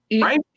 right